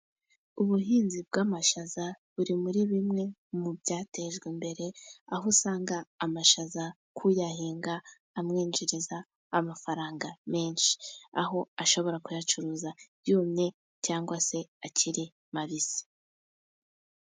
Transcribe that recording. Ubuhinzi bw'amashaza buri muri bimwe mu byatejwe imbere, aho usanga amashaza ku uyahinga amwinjiriza amafaranga menshi. Aho ashobora kuyacuruza yumye, cyangwa se akiri mabisi.